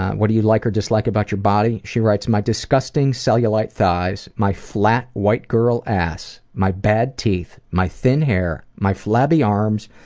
what do you like or dislike about your body? she writes, my disgusting cellulite thighs, my flat white girl ass, my bad teeth, my thin hair, my flabby arms,